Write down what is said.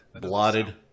Blotted